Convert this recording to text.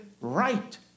right